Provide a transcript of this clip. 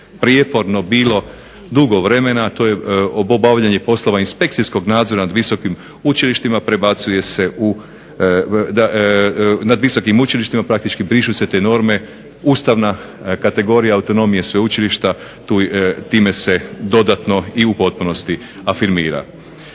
prijeporno bilo dugo vremena, a to je obavljanje poslova inspekcijskog nadzora nad visokim učilištima praktički brišu se te norme, ustavna kategorija autonomije sveučilišta, time se dodatno i u potpunosti afirmira.